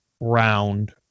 round